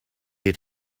had